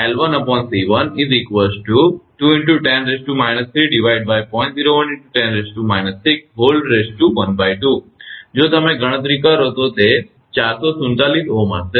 તેથી વર્ગ અડધો છે જો તમે ગણતરી કરો તો તે 447 Ω હશે